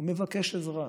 הוא מבקש עזרה.